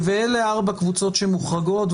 ואלה ארבע קבוצות שמוחרגות.